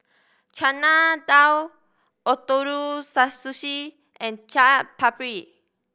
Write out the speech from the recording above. Chana Dal Ootoro Sushi and Chaat Papri